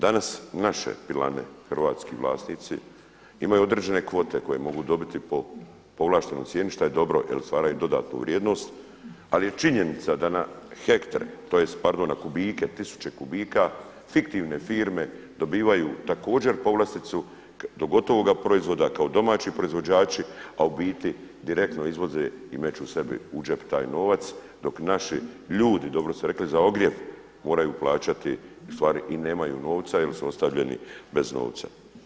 Danas naše pilane hrvatski vlasnici, imaju određene kvote koje mogu dobiti po povlaštenoj cijeni šta je dobro jer stvaraju dodatnu vrijednost, ali je činjenica da na tisuće kubika fiktivne firme dobivaju također povlasticu i to gotovoga proizvoda kao domaći proizvođači, a u biti direktno izvoze i meću sebi u džep taj novac, dok naši ljudi, dobro ste rekli za ogrjev, moraju plaćati ustvari i nemaju novca jel su ostavljeni bez novca.